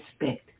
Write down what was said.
respect